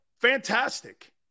Fantastic